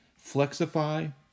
Flexify